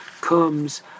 comes